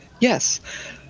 Yes